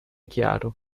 chiaro